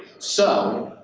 so,